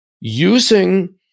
using